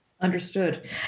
Understood